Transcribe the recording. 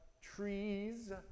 trees